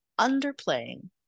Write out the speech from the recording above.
underplaying